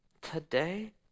today